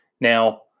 Now